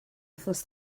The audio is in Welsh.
wythnos